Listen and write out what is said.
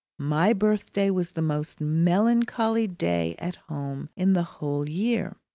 my birthday was the most melancholy day at home in the whole year.